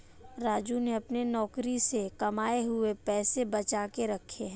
राजू ने अपने नौकरी से कमाए हुए पैसे बचा के रखे हैं